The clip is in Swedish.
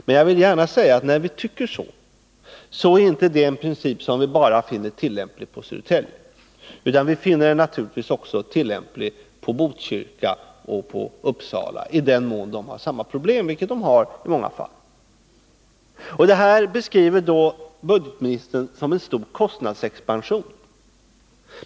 Men jag vill gärna säga att när vi har den uppfattningen så är det inte uttryck för en princip som vi enbart finner tillämplig på Södertälje, utan vi finner den naturligtvis också tillämplig på Botkyrka och på Uppsala i den mån de har samma problem, vilket de har i många fall. Budgetministern beskriver det hela som en stor kostnadsexpansion.